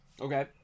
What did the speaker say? Okay